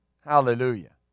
Hallelujah